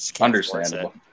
understandable